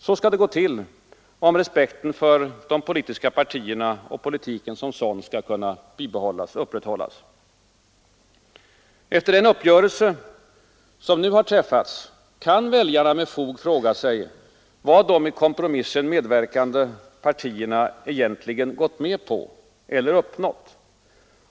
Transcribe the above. Så skall det gå till, om respekten för de politiska partierna och för politiken som sådan skall kunna upprätthållas. Efter den uppgörelse som nu har träffats kan väljarna med fog fråga sig, vad de i kompromissen medverkande partierna egentligen gått med på eller uppnått.